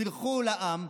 תלכו לעם,